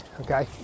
okay